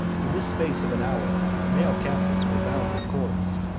in the space of an hour, the male captives were bound with cords,